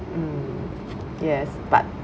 mm yes but